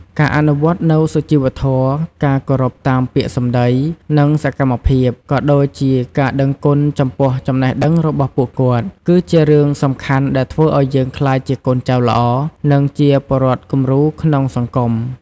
ការអនុវត្តនូវសុជីវធម៌ ការគោរពតាមពាក្យសម្ដី និងសកម្មភាព ក៏ដូចជាការដឹងគុណចំពោះចំណេះដឹងរបស់ពួកគាត់ គឺជារឿងសំខាន់ដែលធ្វើឲ្យយើងក្លាយជាកូនចៅល្អ និងជាពលរដ្ឋគំរូក្នុងសង្គម។